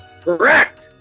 Correct